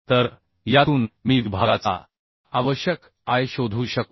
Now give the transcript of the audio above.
तर यातून मी विभागाचा आवश्यक I शोधू शकतो